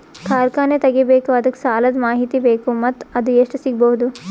ಕಾರ್ಖಾನೆ ತಗಿಬೇಕು ಅದಕ್ಕ ಸಾಲಾದ ಮಾಹಿತಿ ಬೇಕು ಮತ್ತ ಅದು ಎಷ್ಟು ಸಿಗಬಹುದು?